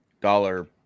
dollar